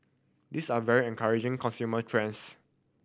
these are very encouraging consumer trends